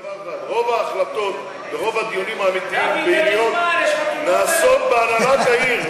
דבר אחד: רוב ההחלטות ורוב הדיונים האמיתיים נעשים בהנהלת העיר,